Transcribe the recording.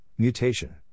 Mutation